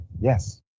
yes